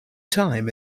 time